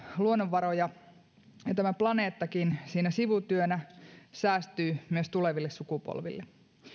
luonnonvaroja ja tämä planeettakin siinä sivutyönä säästyy myös tuleville sukupolville